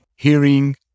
hearing